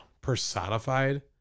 Personified